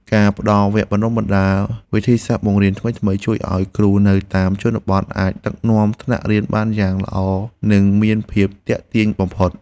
ការផ្តល់វគ្គបណ្តុះបណ្តាលវិធីសាស្ត្របង្រៀនថ្មីៗ ជួយឱ្យគ្រូនៅតាមជនបទអាចដឹកនាំថ្នាក់រៀនបានយ៉ាងល្អនិងមានភាពទាក់ទាញបំផុត។